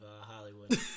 Hollywood